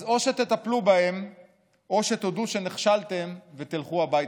אז או שתטפלו בהם או שתודו שנכשלתם ותלכו הביתה.